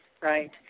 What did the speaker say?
right